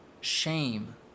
shame